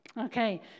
Okay